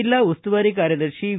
ಜಿಲ್ಲಾ ಉಸ್ತುವಾರಿ ಕಾರ್ಯದರ್ಶಿ ವಿ